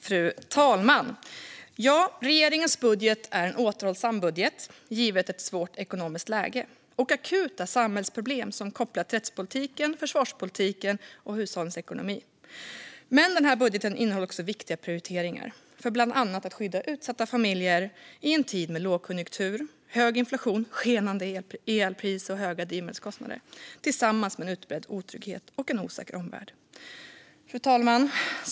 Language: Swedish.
Fru talman! Regeringens budget är en återhållsam budget givet ett svårt ekonomiskt läge och akuta samhällsproblem kopplade till rättspolitiken, försvarspolitiken och hushållens ekonomi. Men budgeten innehåller också viktiga prioriteringar för att bland annat skydda utsatta familjer i en tid med lågkonjunktur, hög inflation, skenande elpris och höga drivmedelskostnader tillsammans med utbredd otrygghet och en osäker omvärld. Fru talman!